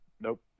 Nope